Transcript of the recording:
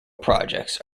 projects